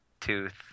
tooth